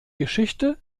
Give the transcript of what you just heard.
geschichte